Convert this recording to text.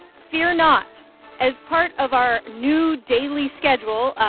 fear not as part of our new daily schedule,